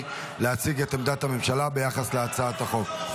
להציג את עמדת הממשלה ביחס להצעת החוק.